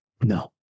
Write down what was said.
No